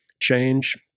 change